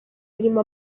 birimo